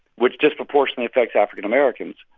which disproportionately affects african-americans.